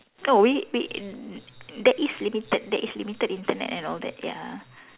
no we we there is limited there is limited Internet and all that ya